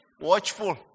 watchful